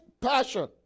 passion